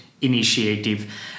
initiative